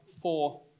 four